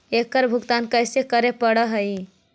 एकड़ भुगतान कैसे करे पड़हई?